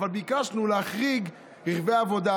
אבל ביקשנו להחריג רכבי עבודה,